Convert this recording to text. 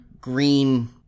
green